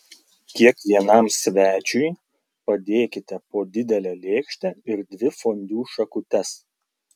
kiekvienam svečiui padėkite po didelę lėkštę ir dvi fondiu šakutes